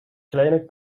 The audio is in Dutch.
kleine